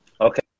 Okay